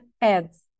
ads